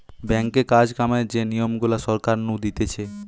ব্যাঙ্কে কাজ কামের যে নিয়ম গুলা সরকার নু দিতেছে